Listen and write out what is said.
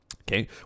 Okay